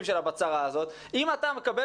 לאזרחים שלה, אני לא נכנס לכל הפרטים.